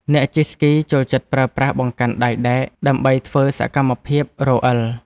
អ្នកជិះស្គីចូលចិត្តប្រើប្រាស់បង្កាន់ដៃដែក ដើម្បីធ្វើសកម្មភាពរអិល។